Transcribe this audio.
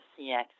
CX